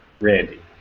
Randy